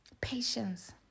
Patience